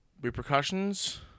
repercussions